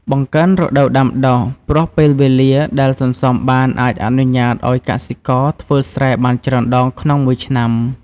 បង្កើនរដូវដាំដុះ ព្រោះពេលវេលាដែលសន្សំបានអាចអនុញ្ញាតឱ្យកសិករធ្វើស្រែបានច្រើនដងក្នុងមួយឆ្នាំ។